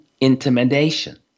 intimidation